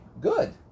Good